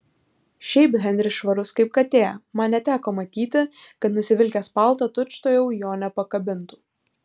šiaip henris švarus kaip katė man neteko matyti kad nusivilkęs paltą tučtuojau jo nepakabintų